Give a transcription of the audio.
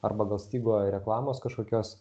arba gal stigo reklamos kažkokios